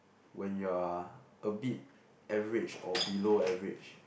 when you're a bit average or below average